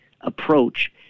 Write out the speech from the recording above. approach